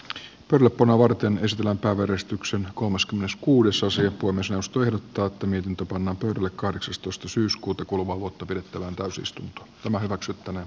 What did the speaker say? turku nuorten surullisenkuuluisan nokian nousun ja osin myös jos tuijottaa toiminta painottuu kahdeksastoista syyskuuta kuluvaa vuotta pidettävään talousys tämä tuhon